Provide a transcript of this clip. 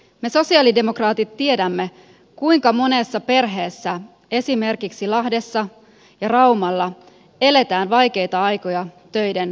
me sosialidemokraatit tiedämme kuinka monessa perheessä esimerkiksi lahdessa ja raumalla eletään vaikeita aikoja töiden huvetessa